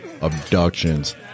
abductions